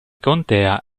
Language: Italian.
contea